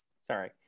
sorry